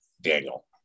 Daniel